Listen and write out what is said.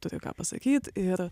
turi ką pasakyt ir